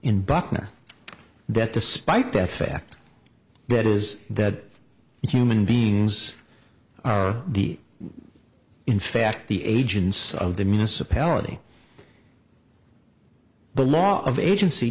in bucknor that despite that fact that is that human beings are the in fact the agencies of the municipality the law of agency